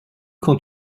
quand